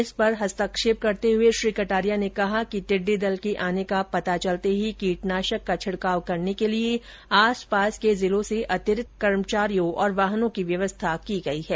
इस पर हस्तक्षेप करते हुए श्री कटारिया ने कहा कि टिड्डी दल के आने का पता चलते ही कीटनाषक का छिड़काव करने के लिए आस पास के जिलों से अतिरिक्त कर्मचारियों और वाहनों की व्यवस्था की गई है